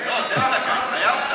תן לי דקה, התחייבת.